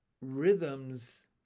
rhythms